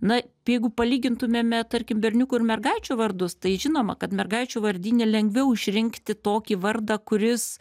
na pjeigu palygintumėme tarkim berniukų ir mergaičių vardus tai žinoma kad mergaičių vardyne lengviau išrinkti tokį vardą kuris